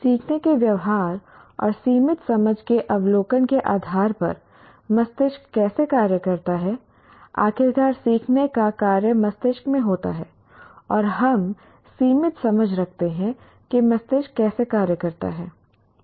सीखने के व्यवहार और सीमित समझ के अवलोकन के आधार पर मस्तिष्क कैसे कार्य करता है आखिरकार सीखने का कार्य मस्तिष्क में होता है और हम सीमित समझ रखते हैं कि मस्तिष्क कैसे कार्य करता है